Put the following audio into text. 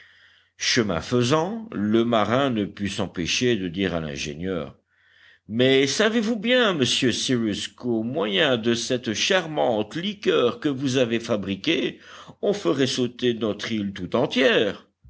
chemin faisant le marin ne put s'empêcher de dire à l'ingénieur mais savez-vous bien monsieur cyrus qu'au moyen de cette charmante liqueur que vous avez fabriquée on ferait sauter notre île tout entière